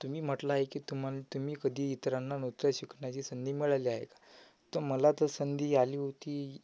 तुम्ही म्हटलं आहे की तुम्हाला तुम्ही कधी इतरांना नृत्य शिकवण्याची संधी मिळाली आहे का तर मला तर संधी आली होती